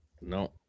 No